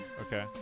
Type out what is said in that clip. Okay